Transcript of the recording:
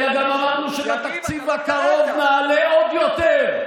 אלא גם אמרנו שבתקציב הקרוב נעלה עוד יותר.